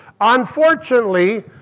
Unfortunately